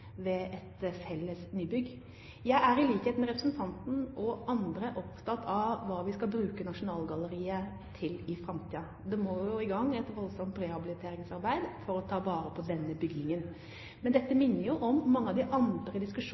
ved et felles nybygg. Jeg er i likhet med representanten og andre opptatt av hva vi skal bruke Nasjonalgalleriet til i framtiden. Man må i gang med et voldsomt rehabiliteringsarbeid for å ta vare på denne bygningen. Men dette minner om mange av de andre